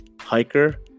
hiker